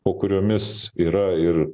po kuriomis yra ir